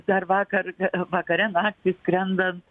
dar vakar vakare naktį skrendant